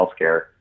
healthcare